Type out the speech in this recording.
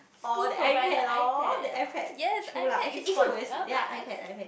orh the iPad loh the iPad true lah actually actually 我也是 ya iPad iPad